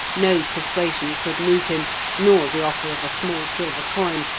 no persuasion could move him nor the offer of a small silver coin,